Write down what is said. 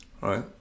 right